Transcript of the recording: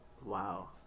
Wow